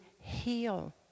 heal